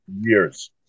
years